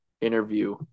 interview